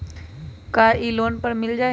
का इ लोन पर मिल जाइ?